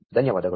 ಧನ್ಯ ವಾ ದಗಳು